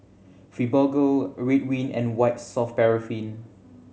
Fibogel Ridwind and White Soft Paraffin